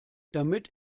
damit